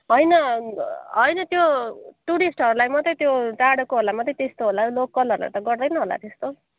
होइन होइन त्यो टुरिस्टहरूलाई मात्रै त्यो टाढाकोहरूलाई मात्रै त्यस्तो होला लोकलहरूलाई त गर्दैन होला त्यस्तो